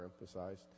emphasized